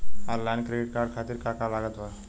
Online credit card खातिर का का लागत बा?